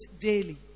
daily